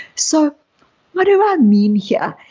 so what do i mean here?